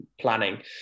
planning